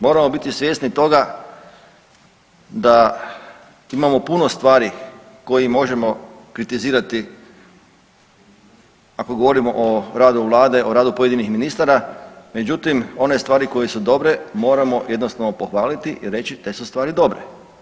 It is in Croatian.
Moramo biti svjesni toga da imamo puno stvari koje možemo kritizirati ako govorimo o radu Vlade, o radu pojedinim ministara, međutim, one stvari koje su dobre, moramo jednostavno pohvaliti i reći, te su stvari dobre.